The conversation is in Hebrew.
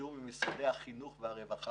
בתיאום עם משרדי החינוך והרווחה,